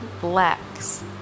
blacks